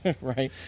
Right